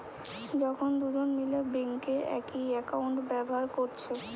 যখন দুজন মিলে বেঙ্কে একই একাউন্ট ব্যাভার কোরছে